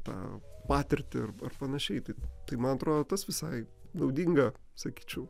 tą patirtį ir panašiai tai tai man atrodo visai naudinga sakyčiau